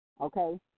okay